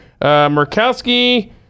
Murkowski